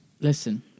listen